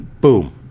boom